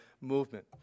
movement